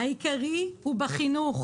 הוא בחינוך,